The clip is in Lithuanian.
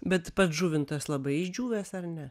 bet pats žuvintas labai išdžiūvęs ar ne